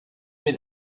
mit